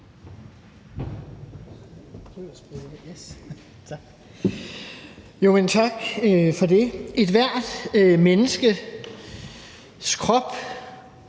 Tak for det. Ethvert menneskes krop